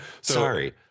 sorry